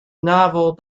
novel